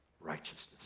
righteousness